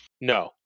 No